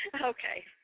Okay